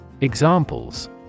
Examples